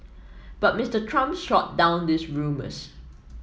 but Mister Trump shot down those rumours